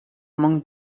among